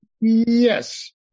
Yes